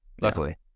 luckily